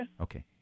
Okay